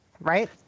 right